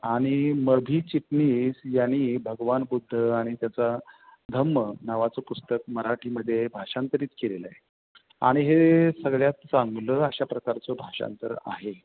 आणि म भि चिटणीस यांनी भगवान बुद्ध आणि त्याचं धम्म नावाचं पुस्तक मराठीमध्ये भाषांतरित केलेलं आहे आणि हे सगळ्यात चांगलं अशा प्रकारचं भाषांतर आहे